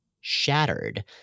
shattered